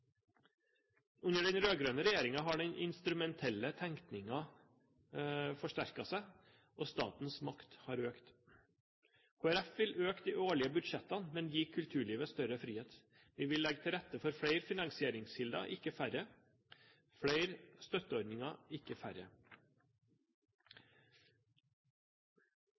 Under den rød-grønne regjeringen har den instrumentelle tenkningen forsterket seg, og statens makt har økt. Kristelig Folkeparti vil øke de årlige budsjettene, men gi kulturlivet større frihet. Vi vil legge til rette for flere finansieringskilder, ikke færre, og flere støtteordninger, ikke færre.